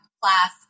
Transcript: class